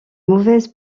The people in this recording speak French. mauvaises